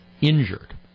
injured